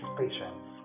patience